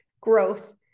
growth